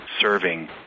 serving